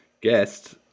guest